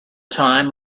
time